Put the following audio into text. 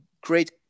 great